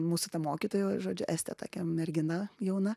mūsų ta mokytoja žodžiu estė tokia mergina jauna